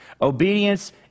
obedience